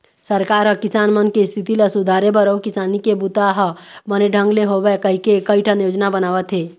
सरकार ह किसान मन के इस्थिति ल सुधारे बर अउ किसानी के बूता ह बने ढंग ले होवय कहिके कइठन योजना बनावत हे